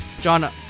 John